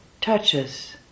touches